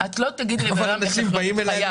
את לא תגידי לו שהוא חייב,